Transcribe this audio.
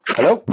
Hello